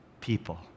people